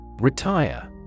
Retire